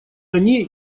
они